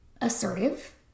assertive